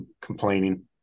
complaining